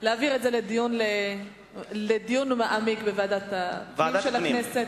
להעביר את זה לדיון מעמיק בוועדת הפנים של הכנסת.